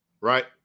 Right